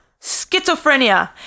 schizophrenia